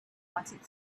wanted